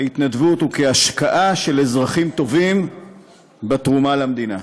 כהתנדבות וכהשקעה של אזרחים טובים בתרומה למדינה.